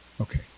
okay